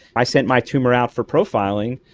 i sent my tumour out for profiling,